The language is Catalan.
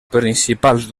principals